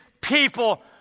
people